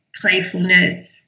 playfulness